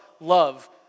love